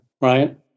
right